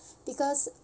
because